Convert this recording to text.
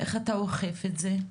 איך אתה אוכף את זה?